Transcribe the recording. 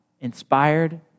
inspired